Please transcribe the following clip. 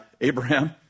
Abraham